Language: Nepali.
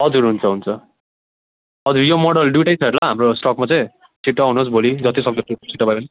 हजुर हुन्छ हुन्छ हजुर यो मोडल दुइटै छ ल हाम्रो स्टकमा चाहिँ छिट्टो आउनुहोस् भोलि जतिसक्दो छिटो भयो भने